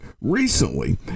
Recently